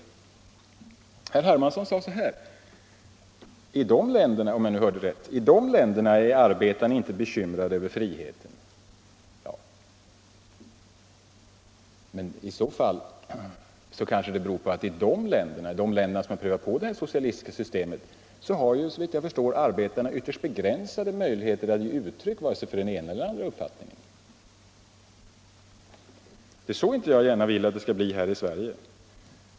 Herr Hermansson sade så här, om jag nu hörde rätt: I de länderna är arbetarna inte bekymrade över friheten. — Det kanske beror på att i de länder som prövat det socialistiska systemet har, såvitt jag förstår, arbetarna ytterst begränsade möjligheter att ge uttryck för vare sig den ena eller andra uppfattningen. Det är så jag inte gärna vill att det skall bli här i Sverige.